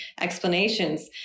explanations